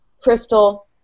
Crystal